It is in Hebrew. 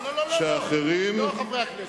לא לא לא, חברי הכנסת.